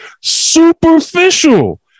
superficial